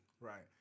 Right